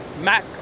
Mac